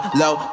low